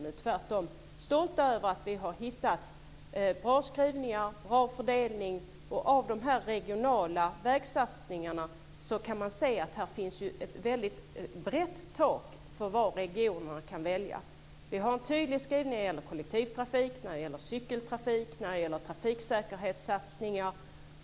Vi är tvärtom stolta över att vi har hittat bra skrivningar och bra fördelning. Av de regionala vägsatsningarna kan man se att det finns ett väldigt brett tak för vad regionerna kan välja. Vi har en tydlig skrivning när det gäller kollektivtrafik, cykeltrafik och trafiksäkerhetssatsningar.